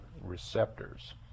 receptors